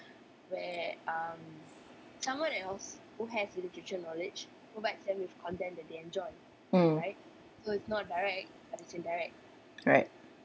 mm right